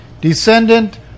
descendant